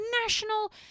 National